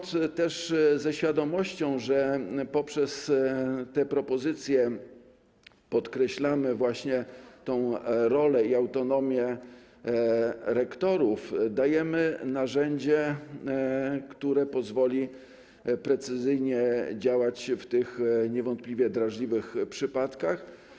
Dlatego też ze świadomością, że poprzez te propozycje podkreślamy właśnie rolę i autonomię rektorów, dajemy narzędzie, które pozwoli precyzyjnie działać w tych niewątpliwie drażliwych przypadkach.